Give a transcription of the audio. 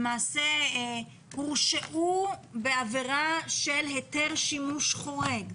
למעשה הורשעו בעבירה של היתר שימוש חורג,